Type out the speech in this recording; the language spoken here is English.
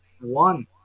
one